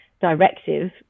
directive